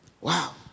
Wow